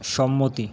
সম্মতি